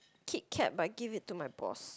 Kit-kat but I give it to my boss